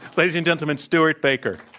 ladies and gentlemen, stewart baker.